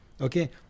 Okay